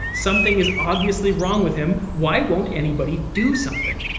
something is obviously wrong with him. why won't anybody do something?